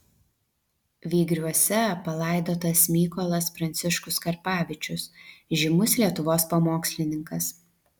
vygriuose palaidotas mykolas pranciškus karpavičius žymus lietuvos pamokslininkas